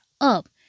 up